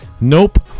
Nope